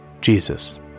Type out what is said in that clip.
Jesus